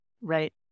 right